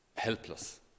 helpless